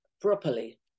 properly